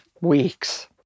weeks –